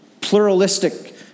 pluralistic